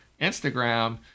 Instagram